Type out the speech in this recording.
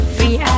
Free